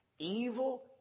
Evil